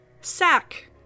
sack